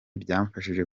byamfashije